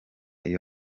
iyo